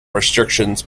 restrictions